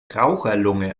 raucherlunge